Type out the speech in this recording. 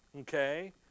okay